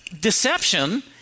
deception